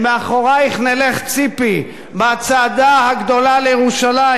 "אל מאחורייך נלך, ציפי" בצעדה הגדולה לירושלים.